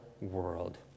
world